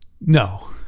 No